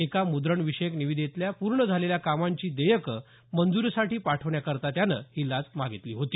एका मुद्रणविषयक निविदेतल्या पूर्ण झालेल्या कामांची देयकं मंजुरीसाठी पाठवण्याकरता त्यानं ही लाच मागितली होती